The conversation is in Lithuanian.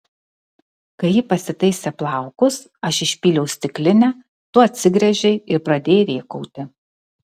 kai ji pasitaisė plaukus aš išpyliau stiklinę tu atsigręžei ir pradėjai rėkauti